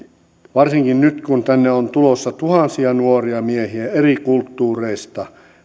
varsinkin nyt kun tänne on tulossa tuhansia nuoria miehiä eri kulttuureista